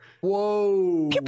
Whoa